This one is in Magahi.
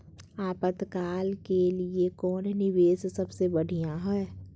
आपातकाल के लिए कौन निवेस सबसे बढ़िया है?